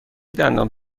دندان